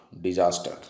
disaster